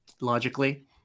logically